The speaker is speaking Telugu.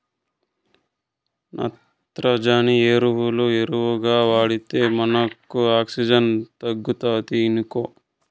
నత్రజని ఎరువులు ఎక్కువగా వాడితే మనకు ఆక్సిజన్ తగ్గుతాది ఇనుకో